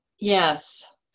yes